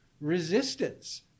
resistance